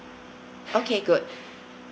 okay good